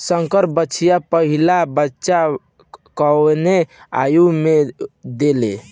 संकर बछिया पहिला बच्चा कवने आयु में देले?